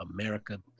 America